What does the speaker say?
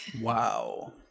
Wow